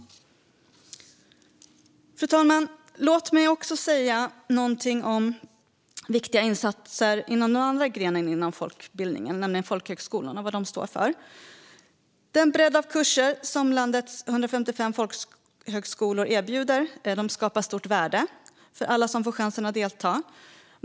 Fru talman! Låt mig också säga någonting om viktiga insatser inom den andra grenen av folkbildningen, nämligen folkhögskolorna och vad de står för. Den bredd av kurser som landets 155 folkhögskolor erbjuder skapar stort värde för alla som får chansen att delta.